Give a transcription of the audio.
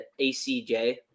ACJ